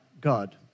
God